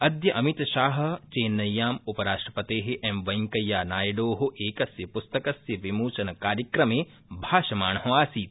अद्य अमितशाह चेन्न्यां उपराष्ट्रपते एम वेंकैयानायडो एकस्य प्स्तकस्य विमोचनकार्यक्रमे भाषमाण आसीत्